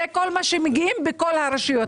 זה המספר אליו מגיעים בכל הרשויות.